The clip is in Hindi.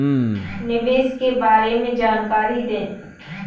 निवेश के बारे में जानकारी दें?